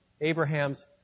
Abraham's